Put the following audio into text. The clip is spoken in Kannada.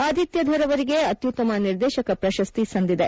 ಆದಿತ್ಯಧರ್ ಅವರಿಗೆ ಅತ್ಯುತ್ತಮ ನಿರ್ದೇಶಕ ಪ್ರಶಸ್ತಿ ಸಂದಿದೆ